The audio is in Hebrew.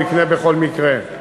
הוא יקנה בכל מקרה,